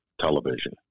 television